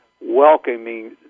welcoming